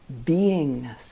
beingness